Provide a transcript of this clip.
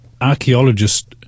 archaeologists